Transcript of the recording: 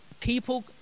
people